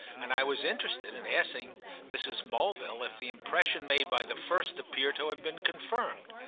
and i was interested in asking mrs. mulville if the impression made by the first appeared to have been confirmed.